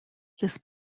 this